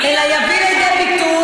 אלא יביא לביטוי,